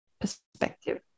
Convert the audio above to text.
perspective